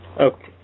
Okay